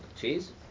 Cheese